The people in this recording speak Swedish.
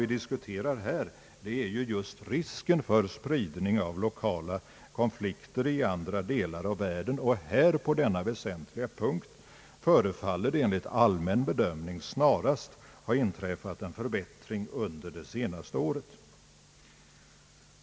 vi diskuterar här är just risken för spridning av lokala konflikter i andra delar av världen, och på denna väsentliga punkt förefaller det enligt allmän bedömning snarast ha inträffat en förbättring under det senaste året.